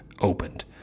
opened